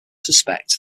suspect